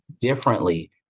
differently